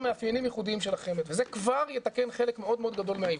מאפיינים ייחודיים של החמ"ד וזה כבר יתקן חלק גדול מאוד מהעיוותים.